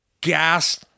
gas